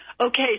Okay